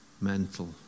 mental